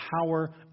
power